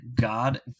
God